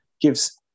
gives